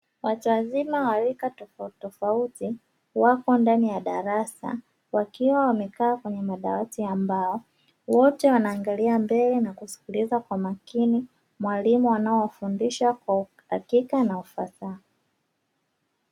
Watu wazima wa rika tofauti tofauti wapo ndani ya darasa wakiwa wamekaa kwenye madawati ya mbao, wote wanaangalia mbele na kusikiliza kwa makini mwalimu anayewafundisha kwa uhakika na ufasaha.